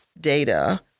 data